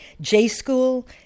J-School